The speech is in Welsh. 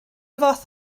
fath